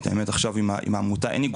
את האמת עכשיו אין איגוד